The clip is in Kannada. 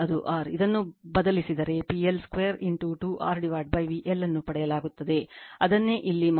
ಇದನ್ನು ಬದಲಿಸಿದರೆ PL2 2 R VL ಅನ್ನು ಪಡೆಯಲಾಗುತ್ತದೆ ಅದನ್ನೇ ಇಲ್ಲಿ ಮಾಡಲಾಗಿದೆ